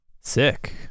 Sick